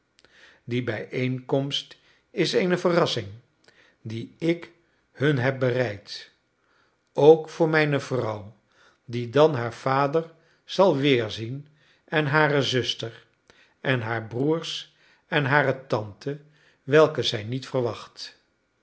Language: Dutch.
die bijeenkomst is eene verrassing die ik hun heb bereid ook voor mijne vrouw die dan haar vader zal weerzien en hare zuster en haar broers en hare tante welke zij niet verwacht